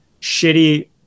shitty